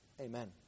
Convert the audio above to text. Amen